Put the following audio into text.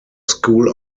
schools